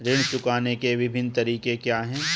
ऋण चुकाने के विभिन्न तरीके क्या हैं?